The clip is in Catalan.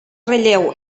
relleu